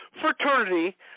fraternity